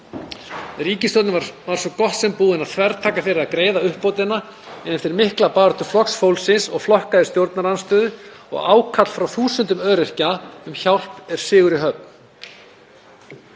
Ríkisstjórnin var svo gott sem búin að þvertaka fyrir að greiða uppbótina en eftir mikla baráttu Flokks fólksins og flokka í stjórnarandstöðu og eftir ákall frá þúsundum öryrkja um hjálp er sigur í höfn.